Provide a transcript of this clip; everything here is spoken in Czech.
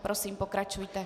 Prosím, pokračujte.